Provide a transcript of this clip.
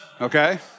okay